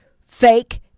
fake